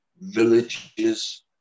villages